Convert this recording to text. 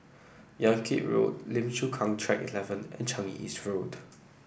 Yan Kit Road Lim Chu Kang Track Eleven and Changi East Road